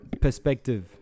perspective